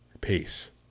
Peace